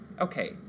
Okay